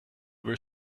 were